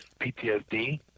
PTSD